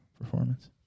Performance